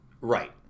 Right